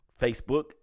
Facebook